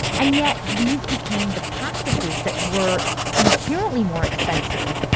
and yet these became the practices that were inherently more expensive,